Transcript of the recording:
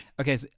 Okay